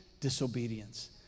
disobedience